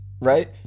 Right